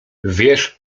wiesz